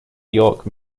york